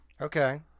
Okay